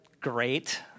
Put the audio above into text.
great